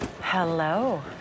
hello